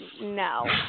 No